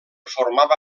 formava